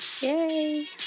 Yay